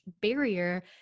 barrier